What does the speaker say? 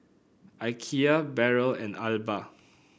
Ikea Barrel and Alba